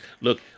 Look